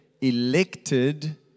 elected